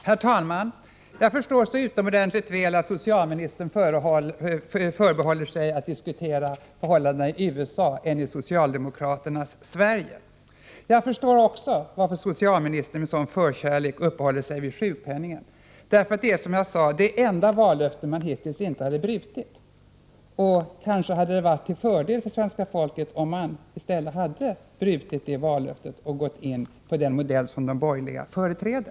Herr talman! Jag förstår så utomordentligt väl att socialministern förbehåller sig rätten att hellre diskutera förhållandena i USA än förhållandena i socialdemokraternas Sverige. Jag förstår också varför socialministern med sådan förkärlek uppehåller sig vid sjukpenningen. Det är, som jag sade, det enda vallöfte som socialdemokraterna inte har brutit. Det kanske hade varit till fördel för svenska folket, om man i stället hade brutit det vallöftet och gått in för den modell som de borgerliga företrädde.